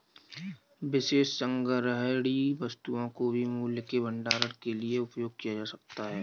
विशेष संग्रहणीय वस्तुओं को भी मूल्य के भंडारण के लिए उपयोग किया जाता है